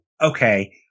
okay